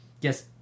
Yes